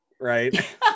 right